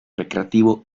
recreativo